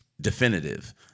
definitive